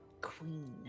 queen